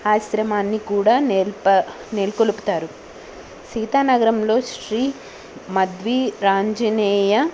ఆశ్రమాన్ని కూడా నెలకొల్పుతారు సీతానగరంలో శ్రీ మద్ వీరాంజనేయ